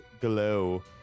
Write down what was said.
glow